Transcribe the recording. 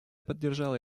поддержала